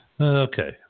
Okay